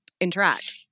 interact